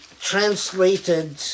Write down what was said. translated